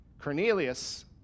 Cornelius